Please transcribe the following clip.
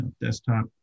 desktop